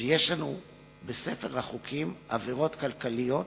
שיש לנו בספר החוקים עבירות כלכליות